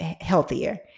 healthier